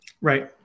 Right